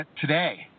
today